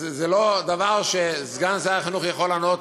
אז זה לא דבר שסגן שר החינוך יכול לענות,